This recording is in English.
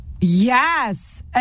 Yes